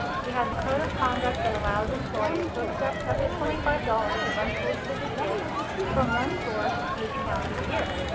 she has a code of conduct that allows employees so accept up to twenty five dollars of unsolicited gifts from one source each calendar year.